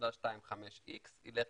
0.25 איקס יילך